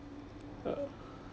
uh